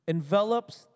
Envelops